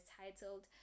titled